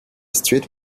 street